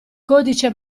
codice